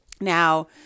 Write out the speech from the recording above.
Now